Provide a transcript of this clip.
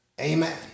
Amen